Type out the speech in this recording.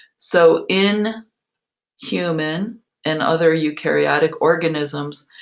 so in human and other eukaryotic organisms,